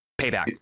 payback